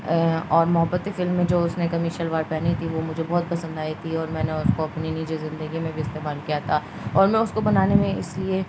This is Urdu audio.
اور محبتی فلم میں جو اس نے کمی شلوار پہنی تھی وہ مجھے بہت پسند آئی تھی اور میں نے اس کو اپنی نجی زندگی میں بھی استعمال کیا تھا اور میں اس کو بنانے میں اس لیے